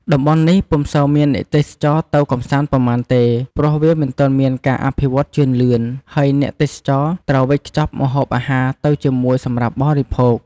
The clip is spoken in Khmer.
តំបន់នេះពុំសូវមានអ្នកទេសចរទៅកម្សាន្តប៉ុន្មានទេ ព្រោះវាមិនទាន់មានការអភិវឌ្ឍជឿនលឿន ហើយអ្នកទេសចរត្រូវវេចខ្ចប់ម្ហូបអាហារទៅជាមួយសម្រាប់បរិភោគ។